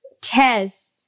Tess